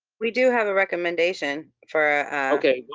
we do have a recommendation for a okay,